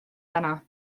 täna